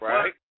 Right